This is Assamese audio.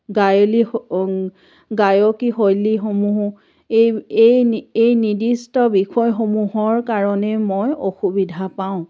গায়লী হ' গায়কী শৈলীসমূহো এই এই নি এই নিৰ্দিষ্ট বিষয়সমূহৰ কাৰণেই মই অসুবিধা পাওঁ